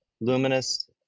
Luminous